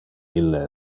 ille